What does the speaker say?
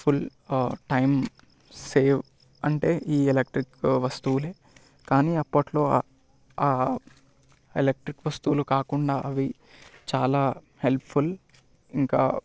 full ఆ time save అంటే ఈ ఎలక్ట్రిక్ వస్తువులే కానీ అప్పట్లో ఆ ఎలక్ట్రిక్ వస్తువులు కాకుండా అవి చాలా హెల్ప్ఫుల్ ఇంకా